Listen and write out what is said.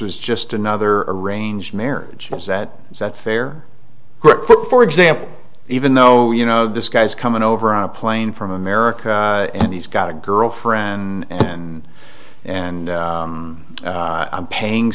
was just another arranged marriage that was that fair for example even though you know this guy's coming over on a plane from america and he's got a girlfriend and and i'm paying